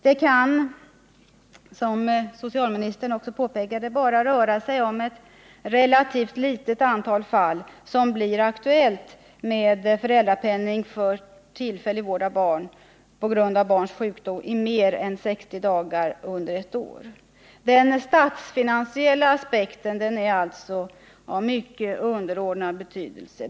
Det kan, som socialministern också påpekade, bara röra sig om ett relativt litet antal fall där det blir aktuellt med föräldrapenning för tillfällig vård av barn på grund av barns sjukdom i mer än 60 dagar under ett år. Den statsfinansiella aspekten är alltså av mycket underordnad betydelse.